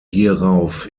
hierauf